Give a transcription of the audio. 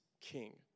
king